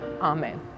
amen